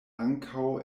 ankaŭ